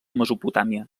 mesopotàmia